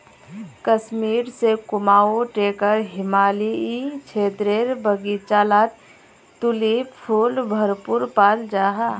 कश्मीर से कुमाऊं टेकर हिमालयी क्षेत्रेर बघिचा लात तुलिप फुल भरपूर पाल जाहा